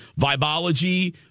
Vibology